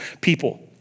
people